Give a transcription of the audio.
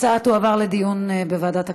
ההצעות תועברנה לדיון בוועדת הכספים.